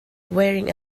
wearing